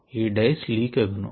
ఈ డైస్ లీక్ అగును